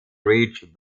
reach